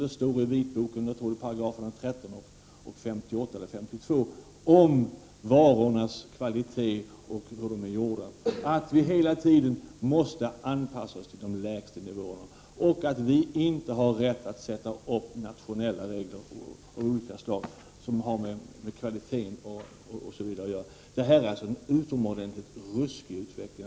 Det står i vitboken, jag tror att det är 13 § och 58§ eller 52 §, om varornas kvalitet och hur de är gjorda och att vi hela tiden måste anpassa oss till de lägsta nivåerna. Vi har inte rätt att utforma nationella regler av olika slag som har med kvaliteten att göra osv. Det här är en utomordentligt ruskig utveckling.